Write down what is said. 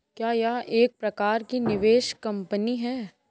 क्या यह एक प्रकार की निवेश कंपनी है?